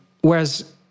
whereas